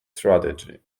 tragedy